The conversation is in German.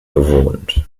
bewohnt